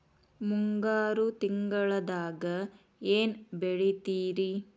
ಮುಂಗಾರು ತಿಂಗಳದಾಗ ಏನ್ ಬೆಳಿತಿರಿ?